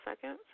second